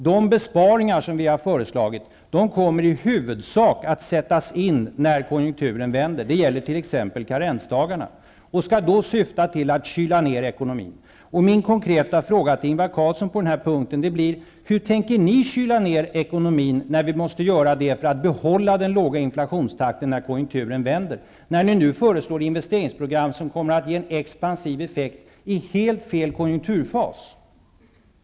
De besparingar som vi har föreslagit kommer i huvudsak att sättas in vid den tidpunkten -- det gäller t.ex. karensdagarna -- för att kyla ner ekonomin. Min konkreta fråga til Ingvar Carlsson blir: Hur tänker ni kyla ner ekonomin, när det blir nödvändigt för att den låga inflationstakten skall kunna behållas då konjunkturen vänder? Ni föreslår ju nu investeringsprogram som kommer att ge en expansiv effekt i helt fel konjunkturfas.